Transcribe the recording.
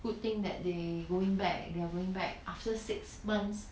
good thing that they going back they are going back after six months